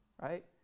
right